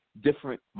different